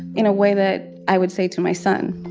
in a way that i would say to my son